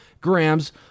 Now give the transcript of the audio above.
grams